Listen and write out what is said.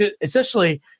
essentially